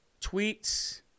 tweets